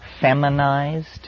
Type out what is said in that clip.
feminized